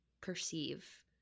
perceive